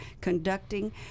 conducting